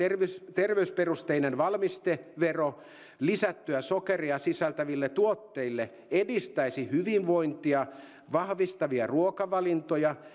terveysperusteinen valmistevero lisättyä sokeria sisältäville tuotteille edistäisi hyvinvointia vahvistavia ruokavalintoja